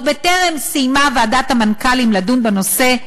עוד בטרם סיימה ועדת המנכ"לים לדון בנושא,